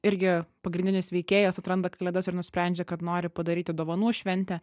irgi pagrindinis veikėjas atranda kalėdas ir nusprendžia kad nori padaryti dovanų šventę